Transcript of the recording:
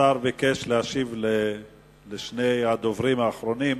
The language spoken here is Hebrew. השר ביקש להשיב לשני הדוברים האחרונים.